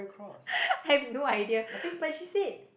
have no idea but she said